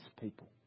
people